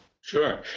Sure